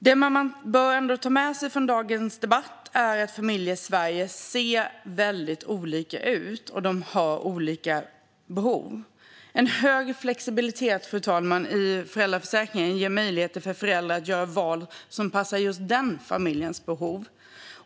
Det man bör ta med sig från dagens debatt är att familjer i Sverige ser väldigt olika ut och har olika behov. En hög grad av flexibilitet i föräldraförsäkringen, fru talman, ger möjligheter för föräldrar att göra val som passar den enskilda familjens behov.